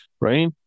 right